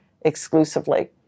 exclusively